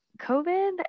COVID